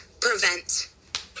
prevent